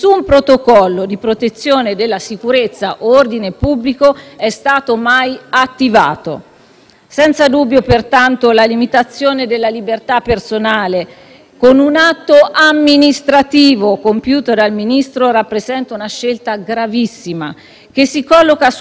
Senza dubbio, pertanto, la limitazione della libertà personale con un atto amministrativo compiuta dal Ministro rappresenta una scelta gravissima che si colloca su una linea di frattura rispetto al principio generale posto dall'articolo 13 della Costituzione,